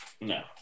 No